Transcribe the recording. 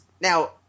Now